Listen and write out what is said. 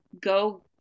go